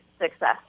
success